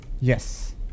Yes